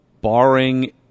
barring